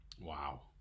Wow